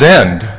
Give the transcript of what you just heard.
end